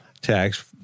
tax